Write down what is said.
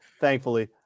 Thankfully